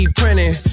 printing